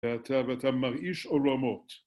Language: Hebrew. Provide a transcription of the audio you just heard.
אתה ואתה מרעיש עולמות